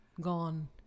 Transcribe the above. gone